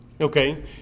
okay